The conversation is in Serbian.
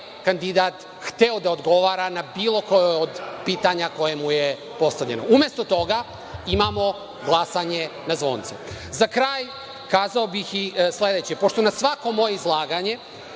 kandidat hteo da odgovara na bilo koje od pitanja koje mu je postavljeno. Umesto toga, imamo glasanje na zvonce.Za kraj, kazao bih i sledeće. Pošto na svako moje izlaganje,